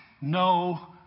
no